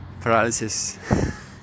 paralysis